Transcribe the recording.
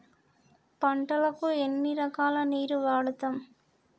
పంటలకు ఎన్ని రకాల నీరు వాడుతం?